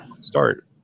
start